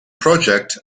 project